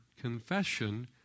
confession